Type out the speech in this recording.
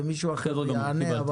ומישהו אחר יענה.